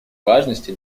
важности